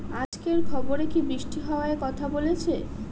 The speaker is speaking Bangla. আজকের খবরে কি বৃষ্টি হওয়ায় কথা বলেছে?